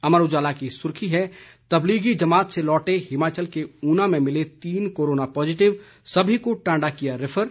अमर उजाला की सुर्खी है तब्लीगी जमात से लौटे हिमाचल के ऊना में मिले तीन कोरोना पॉजिटिव सभी को टांडा किया रेफर